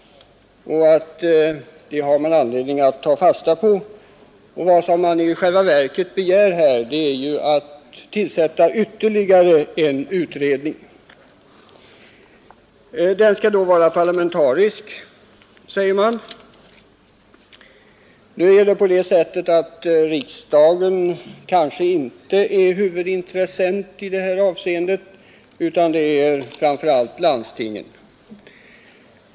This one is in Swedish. Det har man anledning att ta fasta på. Vad reservanterna i själva verket begär är ju att ännu en utredning skall tillsättas, och den skall då vara parlamentarisk. Nu är det kanske inte riksdagen som är huvudintressent i det här avseendet, utan det är framför allt landstingen.